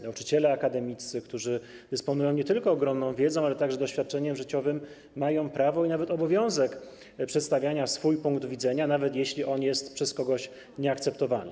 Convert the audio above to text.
Nauczyciele akademiccy, którzy dysponują nie tylko ogromną wiedzą, lecz także doświadczeniem życiowym, mają prawo, a nawet obowiązek, przedstawiania swojego punktu widzenia, nawet jeśli jest on przez kogoś nieakceptowany.